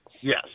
Yes